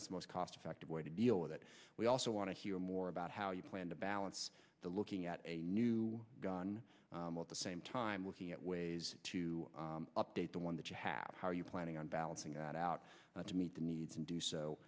the most cost effective way to deal with it we also want to hear more about how you plan to balance the looking a new gun at the same time looking at ways to update the one that you have how are you planning on balancing that out to meet the needs and do so